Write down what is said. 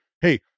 hey